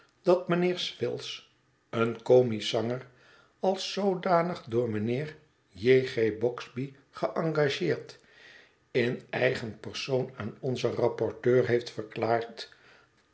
dat mijnheer swills een comisch zanger als zoodanig door mijnheer j g bogsby geëngageerd in eigen persoon aan onzen rapporteur heeft verklaard